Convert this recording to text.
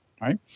Right